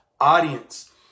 audience